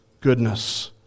goodness